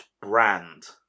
brand